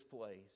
place